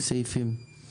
סיימתם את ההקראה.